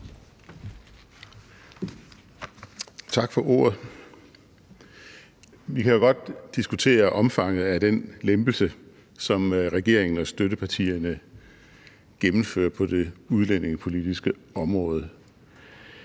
Tak for ordet. Vi kan godt diskutere omfanget af den lempelse, som regeringen og støttepartierne gennemfører på det udlændingepolitiske område,